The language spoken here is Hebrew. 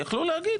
יכלו לומר,